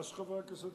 מה שחברי הכנסת